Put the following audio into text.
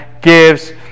gives